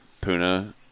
Puna